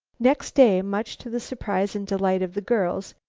next day, much to the surprise and delight of the girls,